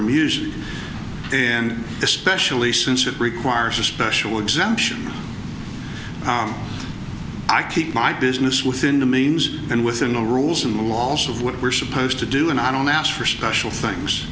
music and especially since it requires a special exemption i keep my business within the means and within the rules and the waltz of what we're supposed to do and i don't ask for special things